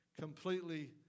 completely